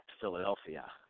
Philadelphia